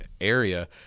area